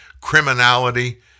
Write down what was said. criminality